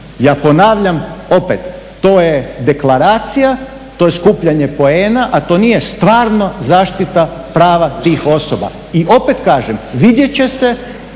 Ja ponavljam, opet to je deklaracija, to je skupljanje poena, a to nije stvarno zaštita prava tih osoba. I opet kažem, vidjet će se